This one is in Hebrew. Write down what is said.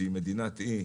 שהיא מדינת אי,